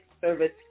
Service